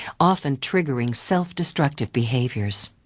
often triggering self-destructive behaviors.